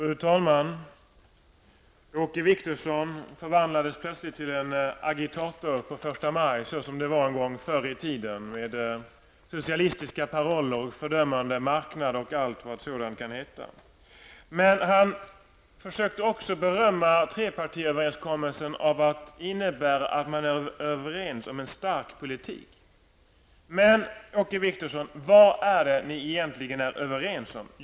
Fru talman! Åke Wictorsson förvandlades plötsligt till en agitator på förstamaj, såsom det var en gång förr i tiden med socialistiska paroller, fördömanden av marknaden, osv. Han försökte också berömma trepartiöverenskommelsen för att innebära att man är överens om en stark politik. Men vad är det, Åke Wictorsson, egentligen som ni är överens om?